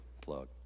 plug